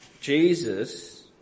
Jesus